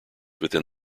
within